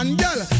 girl